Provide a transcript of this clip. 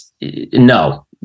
no